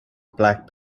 black